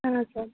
हाँ सर